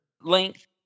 Length